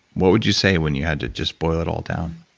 what would you say when you had to just boil it all down?